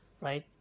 right